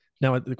now